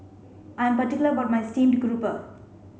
I'm particular about my steamed grouper